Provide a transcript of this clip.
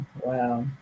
wow